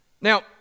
Now